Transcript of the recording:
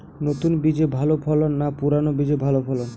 নতুন বীজে ভালো ফলন না পুরানো বীজে ভালো ফলন?